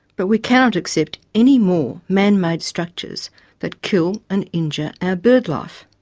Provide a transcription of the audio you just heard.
but we cannot accept any more man made structures that kill and injure our birdlife.